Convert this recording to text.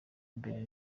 imbere